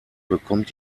bekommt